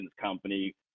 company